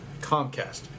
Comcast